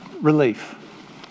Relief